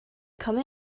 come